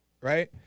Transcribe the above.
right